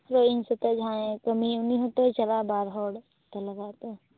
ᱥᱮ ᱤᱧ ᱥᱮᱛᱮᱜ ᱡᱟᱦᱟᱸᱭᱮ ᱠᱟ ᱢᱤ ᱩᱱᱤ ᱦᱚᱸᱛᱚ ᱪᱟᱞᱟᱜᱼᱟ ᱵᱟᱨ ᱦᱚᱲ ᱛᱮ ᱞᱟᱜᱟᱜᱼᱟ ᱛᱚ